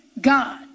God